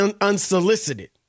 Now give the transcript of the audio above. unsolicited